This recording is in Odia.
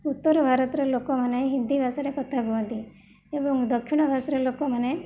ଉତ୍ତରଭାରତର ଲୋକମାନେ ହିନ୍ଦୀଭାଷାରେ କଥାହୁଅନ୍ତି ଏବଂ ଦକ୍ଷିଣ ଭାଷାର ଲୋକମାନେ